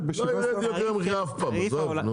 לא ירד יוקר המחיה אף פעם, עזוב.